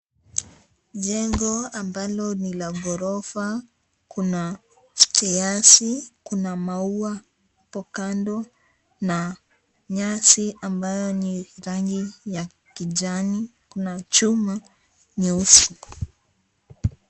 Jengo ambalo ni la ghorofa. Kuna stairsi kuna maua hapo kando na nyasi ambayo ni rangi ya kijani. Kuna chuma nyeusi.